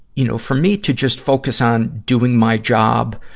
you know, for me to just focus on doing my job,